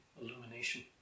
illumination